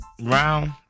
round